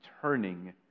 turning